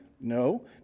No